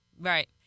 Right